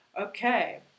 Okay